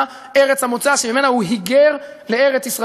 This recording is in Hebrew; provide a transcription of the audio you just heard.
מה ארץ המוצא שממנה הוא היגר לארץ,